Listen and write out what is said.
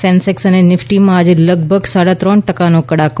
Sensex અને નિફ્ટીમાં આજે લગભગ સાડા ત્રણ ટકાનો કડાકો